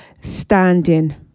Standing